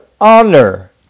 honor